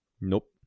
Nope